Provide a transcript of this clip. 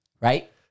Right